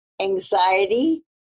anxiety